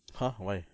!huh! why